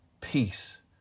peace